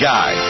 Guy